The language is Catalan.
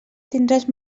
tindràs